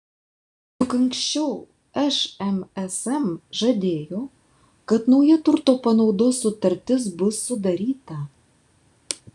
juk anksčiau šmsm žadėjo kad nauja turto panaudos sutartis bus sudaryta